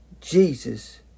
Jesus